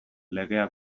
legea